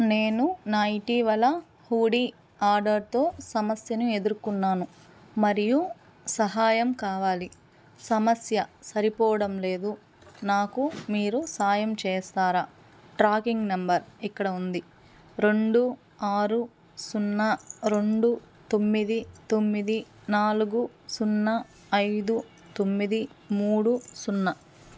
నేను నా ఇటీవల హూడి ఆర్డర్తో సమస్యను ఎదుర్కొన్నాను మరియు సహాయం కావాలి సమస్య సరిపోవడం లేదు నాకు మీరు సాయం చేస్తారా ట్రాకింగ్ నెంబర్ ఇక్కడ ఉంది రెండు ఆరు సున్నా రెండు తొమ్మిది తొమ్మిది నాలుగు సున్నా ఐదు తొమ్మిది మూడు సున్నా